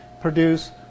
produce